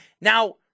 Now